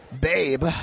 Babe